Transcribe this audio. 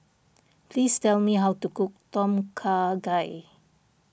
please tell me how to cook Tom Kha Gai